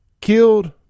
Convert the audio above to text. killed